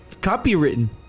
Copywritten